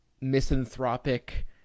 misanthropic